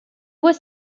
was